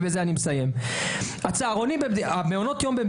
בצהרונים ובגני